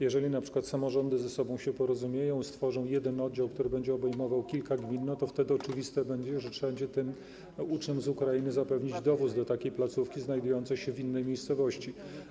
Jeżeli np. samorządy ze sobą się porozumieją i stworzą jeden oddział, który będzie obejmował kilka gmin, to wtedy będzie oczywiste, że trzeba będzie tym uczniom z Ukrainy zapewnić dowóz do takiej placówki znajdującej się w innej miejscowości.